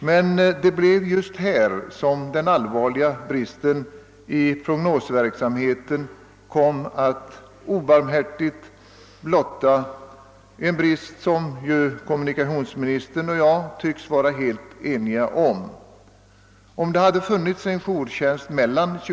Men det var just här som den allvarliga bristen i prognosverksamheten kom att blottas, en brist som kommunikationsministern och jag tycks vara helt ense om. Om det hade funnits en jourtjänst mellan kl.